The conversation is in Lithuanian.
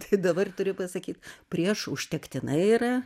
tai dabar turiu pasakyt prieš užtektinai yra